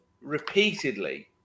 repeatedly